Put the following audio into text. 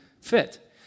fit